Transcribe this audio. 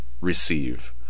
receive